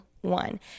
one